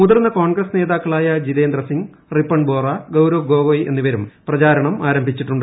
മുതിർന്ന കോൺഗ്രസ് നേതാക്കളായ ജിതേന്ദ്ര സിംഗ് റിപ്പൺ ബോറ ഗൌരവ് ഗോഗോയ് എന്നിവരും പ്രചാരണം ആരംഭിച്ചിട്ടുണ്ട്